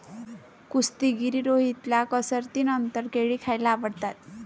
कुस्तीगीर रोहितला कसरतीनंतर केळी खायला आवडतात